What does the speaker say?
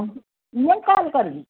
ମୁଁ କଲ୍ କରିବି